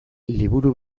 liburu